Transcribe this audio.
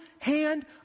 hand